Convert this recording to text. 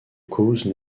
causes